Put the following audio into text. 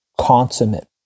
consummate